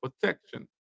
protection